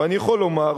ואני יכול לומר,